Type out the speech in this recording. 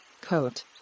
coat